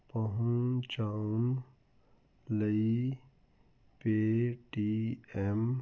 ਪਹੁੰਚਾਉਣ ਲਈ ਪੇਟੀਐੱਮ